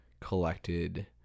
collected